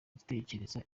gutekereza